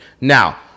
now